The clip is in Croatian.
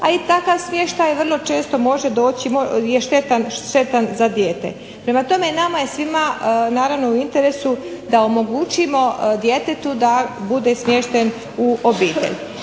a i takav smještaj vrlo često može doći, je štetan za dijete. Prema tome nama je svima naravno u interesu da omogućimo djetetu da bude smješten u obitelj.